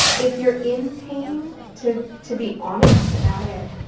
if you're in pain, to to be honest about it.